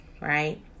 right